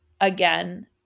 Again